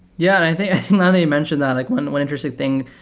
yeah. i think now that you mentioned that, like one one interesting thing,